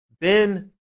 Ben